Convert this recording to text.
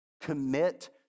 commit